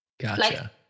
Gotcha